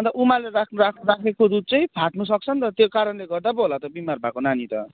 अनि त उमालेर राख् राख् राखेको दुध चाहिँ फाट्नु सक्छ नि त त्यो कारणले गर्दा पो होला त बिमार भएको नानी त